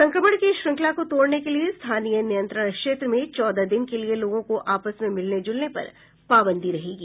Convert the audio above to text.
संक्रमण की श्रंखला को तोड़ने के लिए स्थानीय नियंत्रण क्षेत्र में चौदह दिन के लिए लोगों को आपस में मिलने जुलने पर पाबंदी रहेगी